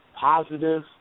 positive